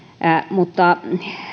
mutta